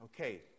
Okay